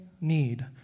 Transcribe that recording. need